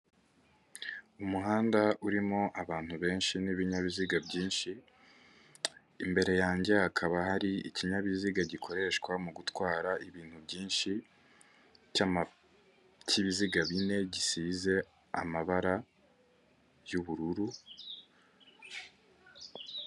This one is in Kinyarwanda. Umuhanda urimo abantu benshi n'ibinyabiziga byinshi. Imbere yanjye hakaba hari ikinyabiziga gikoreshwa mu gutwara ibintu byinshi cy'ibiziga bine gisize amabara y'ubururu.